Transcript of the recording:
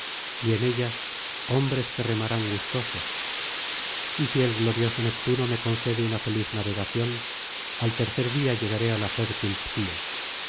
y en ellas hombres que remarán gustosos y si el glorioso neptuno me concede una feliz navegación al tercer día llegaré á la fértil ptía